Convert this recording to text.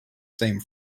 same